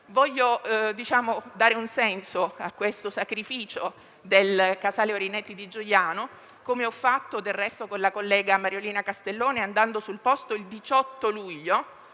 Desidero dare un senso a questo sacrificio del casale Orineti di Giugliano, come ho fatto, del resto, con la collega Mariolina Castellone, andando sul posto il 18 luglio